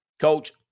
coach